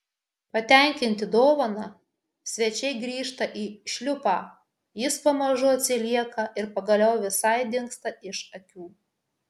patenkinti dovana svečiai grįžta į šliupą jis pamažu atsilieka ir pagaliau visai dingsta iš akių